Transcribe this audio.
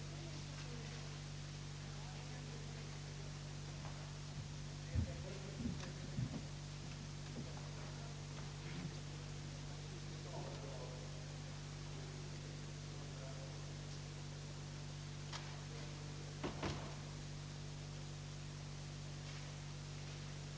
De siffror för den svenska utrikeshandeln i december 1966, som publicerades i början av februari, var bättre än väntat. Handelsbalansens underskott för 1966 överstiger emellertid alltjämt 1!/2> miljard kronor. Prognoserna för handelsoch bytesbalanserna 1967 tyder alltjämt på ett fortsatt kraftigt underskott.